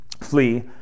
flee